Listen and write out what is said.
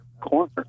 corner